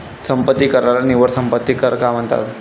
संपत्ती कराला निव्वळ संपत्ती कर का म्हणतात?